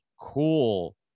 cool